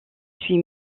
suis